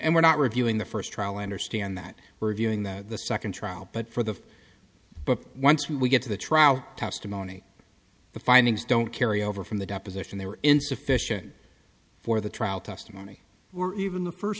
and we're not reviewing the first trial i understand that we're viewing that the second trial but for the but once we get to the trial testimony the findings don't carry over from the deposition they were insufficient for the trial testimony were even the first